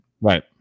right